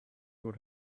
would